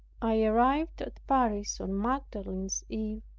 i arrived at paris on magdalene's eve,